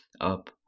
up